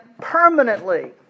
permanently